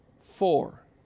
four